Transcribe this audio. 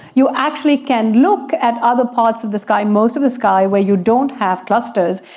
you actually can look at other parts of the sky, most of the sky where you don't have clusters,